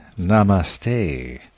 Namaste